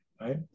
Right